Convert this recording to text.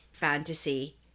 fantasy